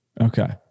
Okay